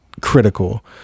critical